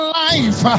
life